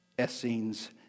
Essenes